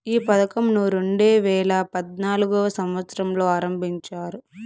ఈ పథకంను రెండేవేల పద్నాలుగవ సంవచ్చరంలో ఆరంభించారు